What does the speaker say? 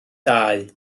dau